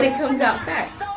and comes out fast.